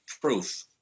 proof